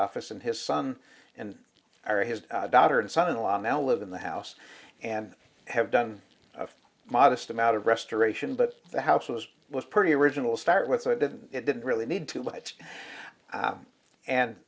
office and his son and heir his daughter and son in law now live in the house and have done a modest amount of restoration but the house was was pretty original start with it didn't it didn't really need to